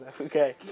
Okay